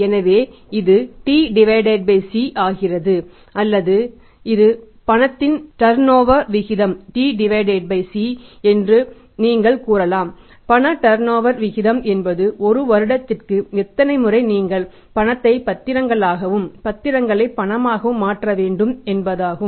எனவே இது T C ஆகிறது அல்லது இது பணத்தின் டர்நோவர விகிதம் என்பது ஒரு வருடத்திற்கு எத்தனை முறை நீங்கள் பணத்தை பத்திரங்களாகவும் பத்திரங்களை பணமாகவும் மாற்ற வேண்டும் என்பதாகும்